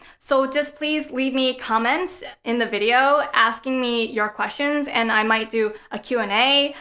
so, just please leave me comments in the video asking me your questions. and, i might do a q and a.